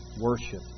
worship